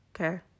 Okay